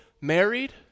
married